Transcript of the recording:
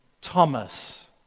Thomas